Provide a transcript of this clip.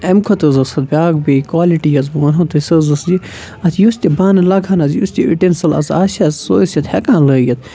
اَمہِ کھۄتہٕ حظ اوس اَتھ بیاکھ کالِٹی یۄس بہٕ وَنہو تۄہہِ سُہ حظ ٲس یہِ اتھ یُس تہِ بانہٕ لاگہٕ ہٲونہ یُس تہِ یوٗٹینسِل حظ آسہِ ہا سُہ حظ اوس اَتھ ہیکان لٲگِتھ